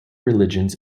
religions